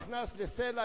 אני לא נכנס לסל"ע,